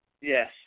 Yes